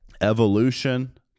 evolution